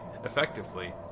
Effectively